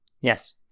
yes